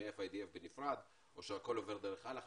מ-FIDF בנפרד או שהכול עובר דרך אל"ח,